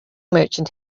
merchant